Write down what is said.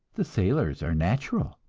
the sailors are natural.